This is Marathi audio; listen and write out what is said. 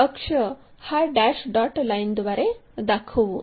तर अक्ष हा डॅश डॉट लाइनद्वारे दाखवू